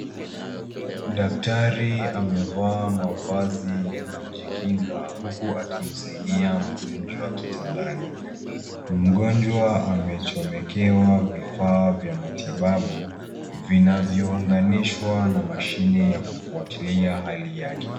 Daktari amevaa mavazi ya kujikinga huku akimsaidia mgonjwa kitandani. Mgonjwa amechomokewa vifaa vya matibabu vinavyounganishwa na mashine ya kufuatilia hali yake.